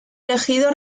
elegido